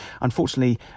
unfortunately